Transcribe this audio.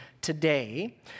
today